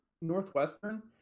Northwestern